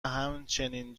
همچین